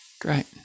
Great